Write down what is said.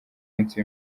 munsi